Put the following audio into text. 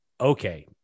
okay